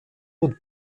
und